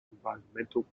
environmental